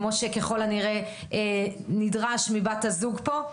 כמו שככל הנראה נדרש מבת הזוג פה?